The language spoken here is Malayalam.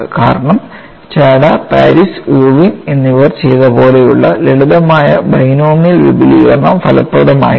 കാരണം ടാഡ പാരിസ് ഇർവിൻ എന്നിവർ ചെയ്ത പോലെയുള്ള ലളിതമായ ബൈനോമിയൽ വിപുലീകരണം ഫലപ്രദമായില്ല